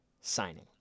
signing